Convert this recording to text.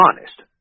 honest